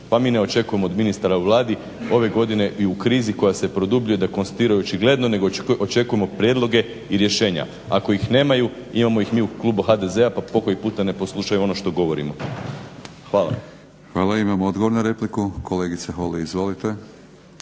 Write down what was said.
Pa mi ne očekujemo od ministara u Vladi ove godine i u krizi koja se produbljuje da konstatiraju očigledno nego očekujemo prijedloge i rješenja. Ako ih nemaju imamo ih mi u klubu HDZ-a pa pokoji puta nek poslušaju ono što govorimo. Hvala. **Batinić, Milorad (HNS)** Hvala. Imamo odgovor na repliku, kolegice Holy. Izvolite.